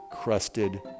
crusted